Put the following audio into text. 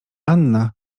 anna